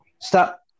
Stop